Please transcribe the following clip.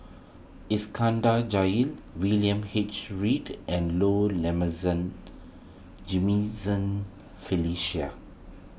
Iskandar Jalil William H Read and Low Felicia